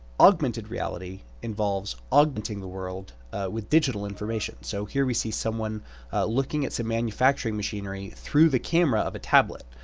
augmented reality involves augmenting the world with digital information. so here we see someone looking at some manufacturing machinery through the camera of a tablet.